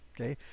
Okay